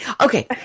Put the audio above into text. Okay